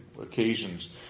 occasions